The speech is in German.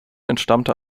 entstammte